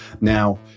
Now